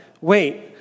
wait